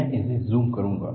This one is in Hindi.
मैं इसे ज़ूम करूँगा